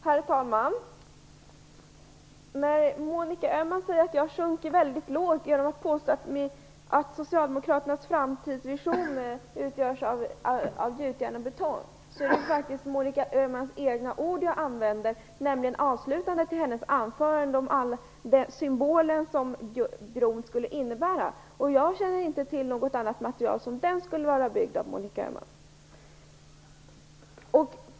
Herr talman! Monica Öhman säger att jag sjunker väldigt lågt när jag påstår att Socialdemokraternas framtidsvision utgörs av gjutjärn och betong, men det är faktiskt Monica Öhmans egna ord jag använder, nämligen det hon sade i slutet av sitt anförande om den symbol som bron skulle vara. Jag känner då inte till något annat material som bron skulle kunna vara byggd av, Monica Öhman.